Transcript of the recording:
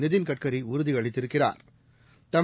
நிதின் கட்காரி உறுதி அளித்திருக்கிறாா்